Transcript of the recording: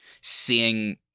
seeing